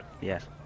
Yes